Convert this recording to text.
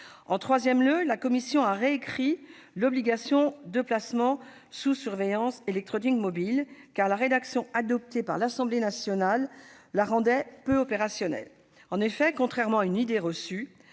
La troisième modification a trait à l'obligation de placement sous surveillance électronique mobile (PSEM), car la rédaction adoptée par l'Assemblée nationale la rendait peu opérationnelle. En effet, contrairement à une idée reçue,